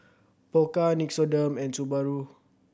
Pokka Nixoderm and Subaru